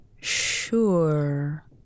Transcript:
Sure